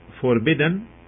forbidden